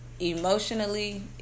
emotionally